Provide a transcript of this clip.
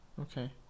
Okay